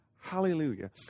Hallelujah